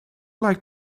like